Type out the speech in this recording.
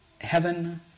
heaven